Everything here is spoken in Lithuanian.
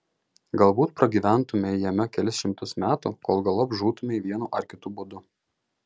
galbūt pragyventumei jame kelis šimtus metų kol galop žūtumei vienu ar kitu būdu